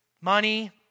money